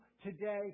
today